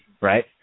right